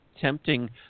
tempting